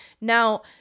now